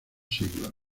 siglos